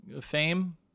fame